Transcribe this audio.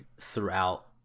throughout